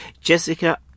Jessica